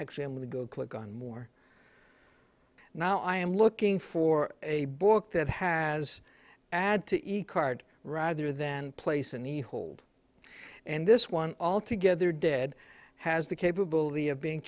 actually i'm going to go click on more now i am looking for a book that has add to the card rather than placing the hold and this one all together dead has the capability of being